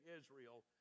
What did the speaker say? Israel